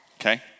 okay